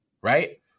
right